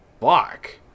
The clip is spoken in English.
fuck